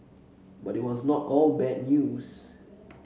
but it was not all bad news